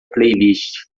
playlist